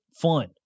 fun